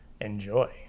enjoy